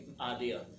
idea